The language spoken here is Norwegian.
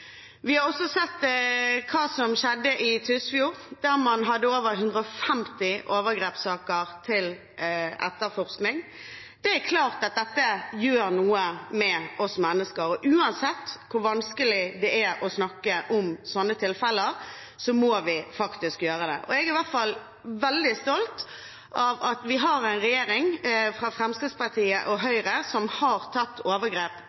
Vi har også sett hva som skjedde i Tysfjord, der man hadde over 150 overgrepssaker til etterforskning. Det er klart at dette gjør noe med oss mennesker. Uansett hvor vanskelig det er å snakke om sånne tilfeller, må vi faktisk gjøre det. Jeg er i hvert fall veldig stolt av at vi har en regjering fra Fremskrittspartiet og Høyre som har tatt overgrep